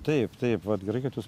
taip taip vat gerai kad jūs